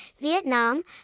Vietnam